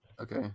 okay